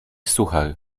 suchar